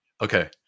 Okay